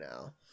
now